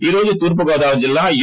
ఈ రోజు తూర్పు గోదావారి జిల్లా యు